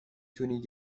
تونی